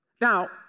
Now